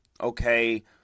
okay